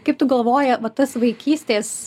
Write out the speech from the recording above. kaip tu galvoji va tas vaikystės